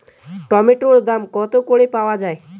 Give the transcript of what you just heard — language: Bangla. টমেটোর দাম কত করে পাওয়া যায়?